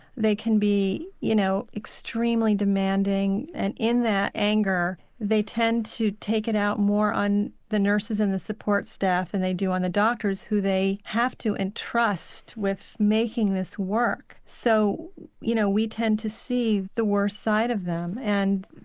they can be you know extremely demanding and in that anger they tend to take it out more on the nurses and the support staff than and they do on the doctors, who they have to entrust with making this work. so you know we tend to see the worst side of them and,